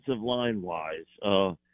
line-wise